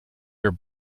your